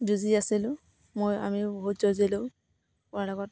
যুঁজি আছিলোঁ মই আমিও বহুত যুজিলোঁ কৰোণাৰ লগত